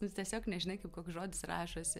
nu tiesiog nežinai kaip koks žodis rašosi